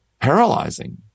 paralyzing